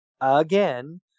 again